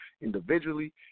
Individually